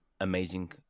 amazing